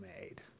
made